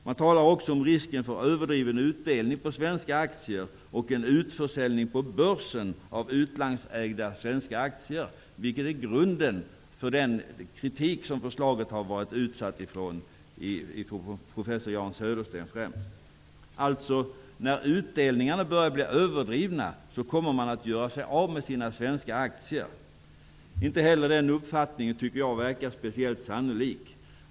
Man talar också om risken för överdriven utdelning på svenska aktier och en utförsäljning på börsen av utlandsägda svenska aktier, vilket är grunden för den kritik som förslaget har varit utsatt för av främst professor Jan Södersten. Alltså: När utdelningarna börjar bli överdrivna, kommer man att göra sig av med sina svenska aktier. Inte heller den uppfattningen tycker jag verkar speciellt sannolik.